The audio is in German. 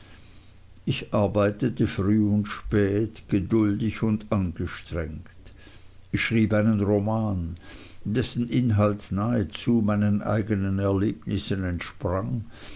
ich arbeitete früh und spät geduldig und angestrengt ich schrieb einen roman dessen inhalt nahezu meinen eignen erlebnissen entsprang